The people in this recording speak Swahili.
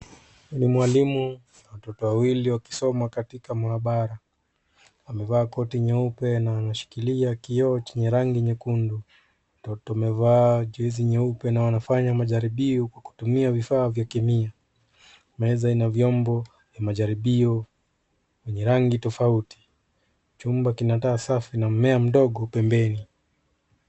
Ni mwalimu na watoto wawili wakisoma katika maabara. Amevaa koti nyeupe na anashikilia kioo chenye rangi nyekundu. Mtoto amevaa jezi nyeupe na wanafanya majaribio kwa kwa kutumia vifaa vya kemia .Meza Ina vyombo vya majaribio yenye rangi tofauti. Chumba kinakaa safi na mmea mdogo pembeni.